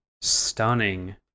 stunning